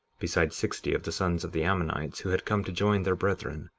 besides sixty of the sons of the ammonites who had come to join their brethren,